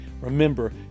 Remember